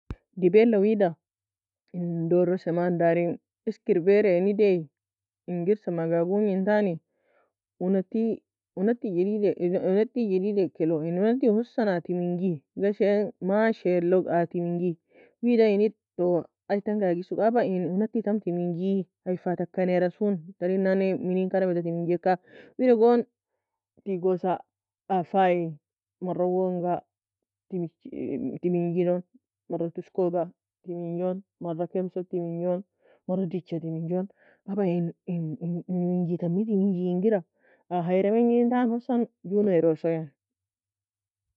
Dibe wela wida en doro سماءn darika esk erbairen Edei engir سماء ga gongi entani Unaty unaty جديد unaty جديد ka elaw unaty hosan a teminji ghasie en mashi log a teminji wida en Ede toe aye tanga a gissigu ena in Unaty tam timinji aye fa taka ner asone tarinan menine karamei do teminjika? Wida gon teagosa afaye مره uwa nga timinji timinjon مره tosko ga timinjon مره kemso timinjon مره dicha timinjon aba in in in in wingy tami timngi engra a hayra minjin hosan gue nairo sooe